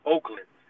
Oakland